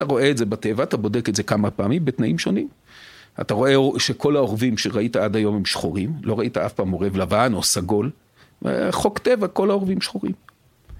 אתה רואה את זה בטבע, אתה בודק את זה כמה פעמים, בתנאים שונים. אתה רואה שכל העורבים שראית עד היום הם שחורים. לא ראית אף פעם עורב לבן או סגול. חוק טבע, כל העורבים שחורים.